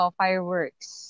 fireworks